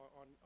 on